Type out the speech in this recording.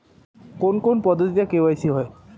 কোন কোন পদ্ধতিতে কে.ওয়াই.সি হয়?